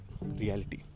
reality